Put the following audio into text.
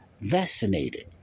vaccinated